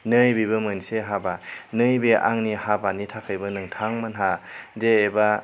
नैबेबो मोनसे हाबा नैबे आंनि हाबानि थाखाइबो नोंथांमोनहा जेनेबा